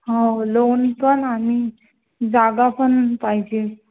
हो लोन पण आणि जागा पण पाहिजे